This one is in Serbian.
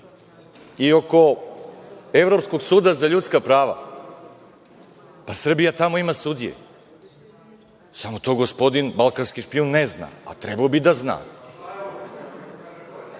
i oko Evropskog suda za ljudska prava, pa Srbija tamo ima sudije, samo to gospodin balkanski špijun ne zna, a trebalo bi da zna.